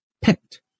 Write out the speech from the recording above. picked